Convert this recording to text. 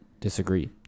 disagree